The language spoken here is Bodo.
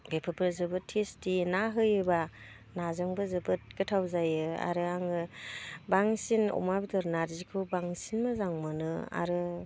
बेफोरबो जोबोद टेस्टि ना होयोब्ला नाजोंबो जोबोद गोथाव जायो आरो आङो बांसिन अमा बिदर नारजिखौ बांसिन मोजां मोनो आरो